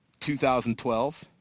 2012